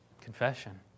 Confession